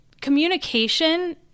communication